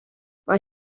mae